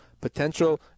potential